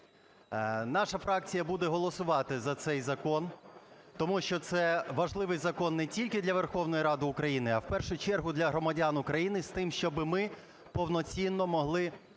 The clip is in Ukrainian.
Наша фракція буде голосувати за цей закон, тому що це важливий закон не тільки для Верховної Ради України, а в першу чергу для громадян України, з тим щоби ми повноцінно могли